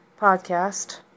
podcast